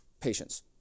patients